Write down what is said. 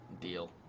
deal